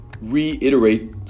reiterate